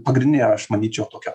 pagrindinė aš manyčiau tokia